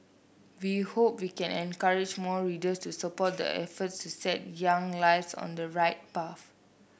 we hope we can encourage more readers to support the efforts to set young lives on the right path